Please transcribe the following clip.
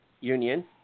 Union